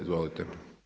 Izvolite.